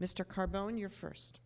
mr carbone your first